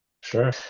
Sure